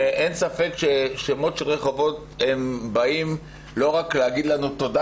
אין ספק ששמות של רחובות באים לא רק לומר תודה